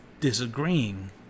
disagreeing